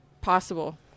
possible